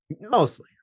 Mostly